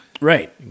Right